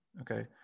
Okay